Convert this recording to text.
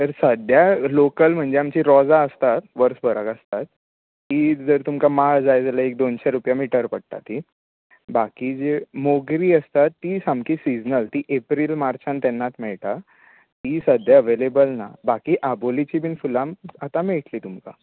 पण सद्द्यां लोकल म्हणजे आमचीं रोजां आसतात वर्सभराक आसतात तीं जर तुमकां माळ जाय जाल्यार तुमकां एक दोनशे रुपया मीटर पडटा ती बाकीचीं मोगरीं आसात ती सामकीं सिसनल ती एप्रील मार्चान तेन्नाच मेळटा तीं सद्द्यां अवेलेबल ना बाकी आबोलीचीं बीन फुलां आतां मेळटली तुमकां